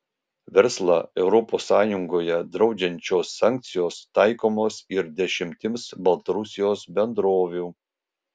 verslą europos sąjungoje draudžiančios sankcijos taikomos ir dešimtims baltarusijos bendrovių